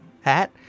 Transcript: hat